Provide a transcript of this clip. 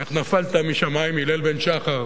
איך נפלת משמים הילל בן שחר,